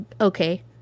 okay